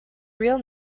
real